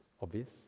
Obvious